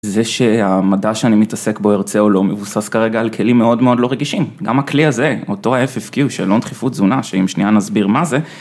זה שהמדע שאני מתעסק בו, ירצה או לא, מבוסס כרגע על כלים מאוד מאוד לא רגישים, גם הכלי הזה, אותו ה-FFQ שאלון דחיפות תזונה, שאם שנייה נסביר מה זה.